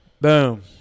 Boom